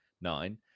nine